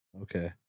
Okay